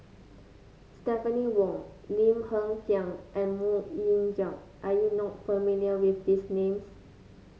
Stephanie Wong Lim Hng Kiang and MoK Ying Jang are you not familiar with these names